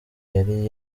yari